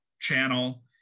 channel